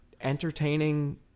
entertaining